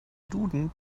duden